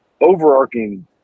overarching